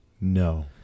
No